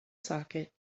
socket